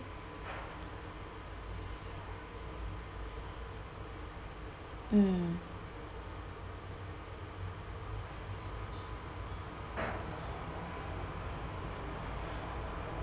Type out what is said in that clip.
mm